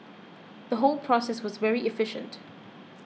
the whole process was very efficient